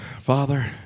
Father